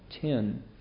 ten